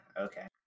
Okay